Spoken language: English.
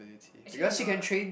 actually no ah